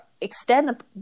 extend